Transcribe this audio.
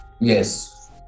yes